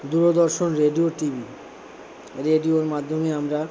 দূরদর্শন radio TV রেডিওর মাধ্যমে আমরা